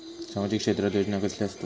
सामाजिक क्षेत्रात योजना कसले असतत?